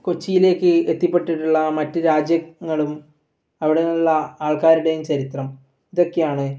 കൊച്ചിയിലേക്ക് എത്തിപ്പെട്ടിട്ടുള്ള മറ്റ് രാജ്യങ്ങളും അവിടെയുള്ള ആൾക്കാരുടെയും ചരിത്രം ഇതൊക്കെയാണ്